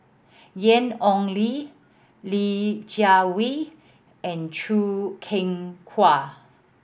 Ian Ong Li Li Jiawei and Choo Keng Kwang